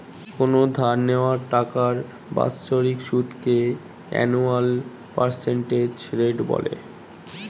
কোনো ধার নেওয়া টাকার বাৎসরিক সুদকে অ্যানুয়াল পার্সেন্টেজ রেট বলে